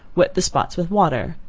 wet the spots with water,